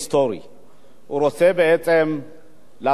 הוא רוצה בעצם לעשות מעשה אמיץ,